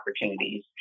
opportunities